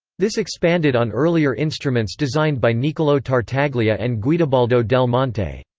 this expanded on earlier instruments designed by niccolo tartaglia and guidobaldo del monte.